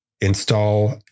install